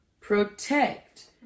protect